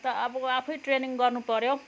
अन्त अब आफै ट्रेनिङ गर्नुपऱ्यो हौ